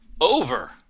Over